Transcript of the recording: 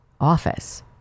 office